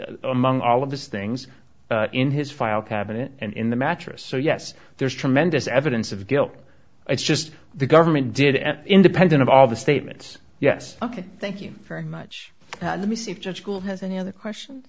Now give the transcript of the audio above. and among all of his things in his file cabinet and in the mattress so yes there's tremendous evidence of guilt it's just the government did an independent of all the statements yes ok thank you very much let me see if judge school has any other question